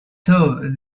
though